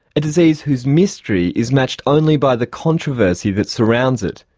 a disease whose mystery is matched only by the controversy that surrounds it.